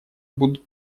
будут